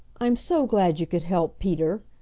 i'm so glad you could help peter,